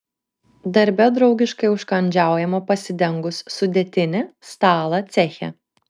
darbe draugiškai užkandžiaujama pasidengus sudėtinį stalą ceche